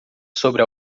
sobre